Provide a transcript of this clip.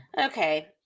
Okay